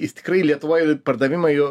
jis tikrai lietuvoj pardavimai